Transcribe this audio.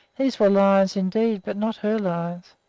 these were lions indeed, but not her lions,